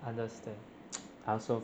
understand pop I also